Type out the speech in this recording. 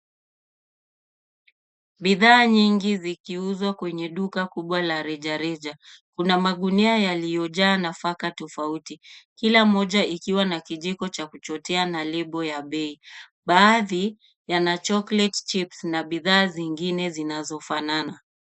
Bidhaa nyingi zikiuzwa kwenye duka kubwa la rejareja. Kuna magunia yaliyojaa nafaka tofauti kila moja ikiwa na kijiko cha kuchotea na lebo ya bei. Baadhi yana choclate chips na bidhaa zingine zinazofanana.